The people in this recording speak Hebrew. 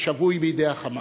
השבוי בידי ה"חמאס".